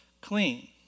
clean